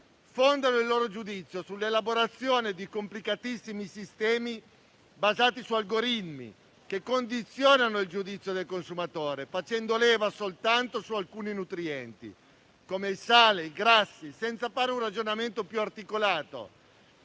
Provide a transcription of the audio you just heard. fonda il suo giudizio sull'elaborazione di complicatissimi sistemi basati su algoritmi che condizionano il giudizio del consumatore, facendo leva soltanto su alcuni nutrienti come il sale e i grassi, senza fare un ragionamento più articolato,